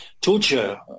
torture